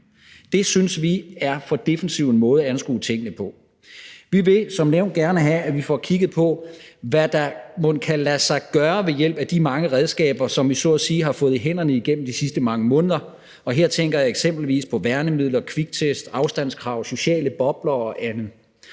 Det synes vi er for defensiv en måde at anskue tingene på. Vi vil som nævnt gerne have, at man får kigget på, hvad der mon kan lade sig gøre ved hjælp af de mange redskaber, som vi så at sige har fået i hænderne de sidste mange måneder. Og her tænker jeg eksempelvis på værnemidler, kviktest, afstandskrav, sociale bobler og andet.